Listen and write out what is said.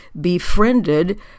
befriended